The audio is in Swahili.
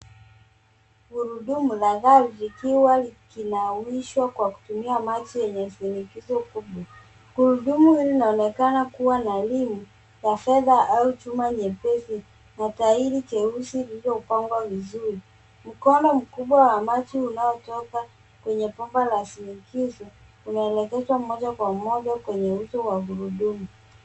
Gurudumu la gari likiwa likinawishwa kwa kutumia maji yenye sinikizo fupi. Gurudumu hili linaonekana kuwa na rimu ya fedha au chuma nyepesi na tairi jeusi lililopangwa vizuri. Mkono mkubwa wa maji unaochota kwenye bomba la sinikizo unaelekezwa moja kwa moja kwenye uso wa gurudumu.